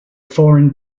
foreign